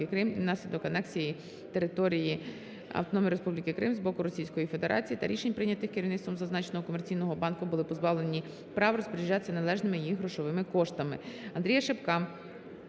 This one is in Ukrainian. внаслідок анексії території Автономної Республіки Крим з боку Російської Федерації та рішень, прийнятих керівництвом зазначеного комерційного банку, були позбавлені права розпоряджатися належними їм грошовими коштами.